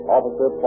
Officer